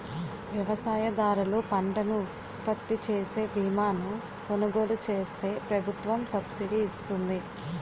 వ్యవసాయదారులు పంటను ఉత్పత్తిచేసే బీమాను కొలుగోలు చేస్తే ప్రభుత్వం సబ్సిడీ ఇస్తుంది